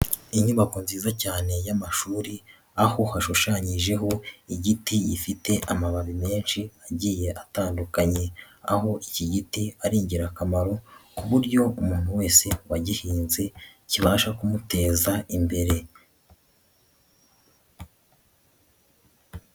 Inyubako nziza cyane y'amashuri aho hashushanyijeho igiti gifite amababi menshi agiye atandukanye, aho iki giti ari ingirakamaro ku buryo umuntu wese wagihinze kibasha kumuteza imbere.